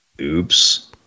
Oops